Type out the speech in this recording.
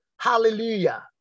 Hallelujah